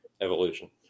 evolution